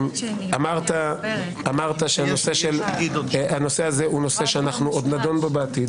אמרת שזה נושא שעוד נדון בו בעתיד.